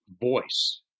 voice